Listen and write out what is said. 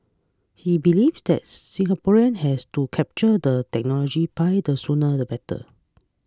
he believes that the Singapore has to capture the technology pie the sooner the better